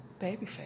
babyface